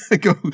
go